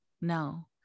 No